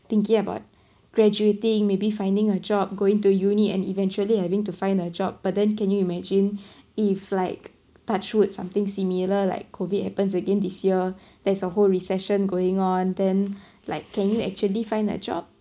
thinking about graduating maybe finding a job going to uni and eventually having to find a job but then can you imagine if like touch wood something similar like COVID happens again this year there's a whole recession going on then like can you actually find a job